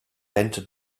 entered